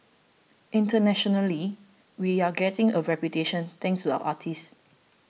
internationally we're getting a reputation thanks to our artists